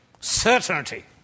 Certainty